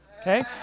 Okay